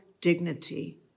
dignity